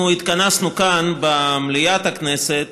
התכנסנו כאן במליאת הכנסת